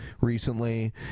recently